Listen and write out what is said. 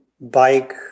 bike